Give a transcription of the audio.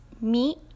meat